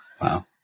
Wow